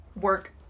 work